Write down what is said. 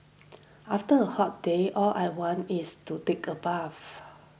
after a hot day all I want is to take a bath